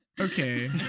Okay